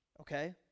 okay